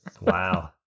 Wow